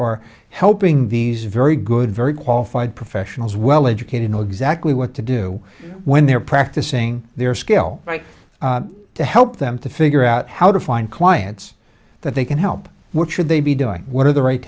or helping these very good very qualified professionals well educated know exactly what to do when they're practicing their skill right to help them to figure out how to find clients that they can help what should they be doing what are the right